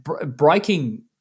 breaking